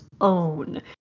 own